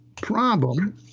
problem